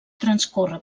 transcorre